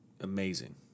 amazing